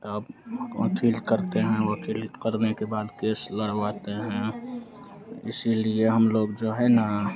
तब वक़ील करते हैं वक़ील करने के बाद केस लड़वाते हैं इसीलिए हम लोग जो है ना